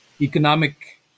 economic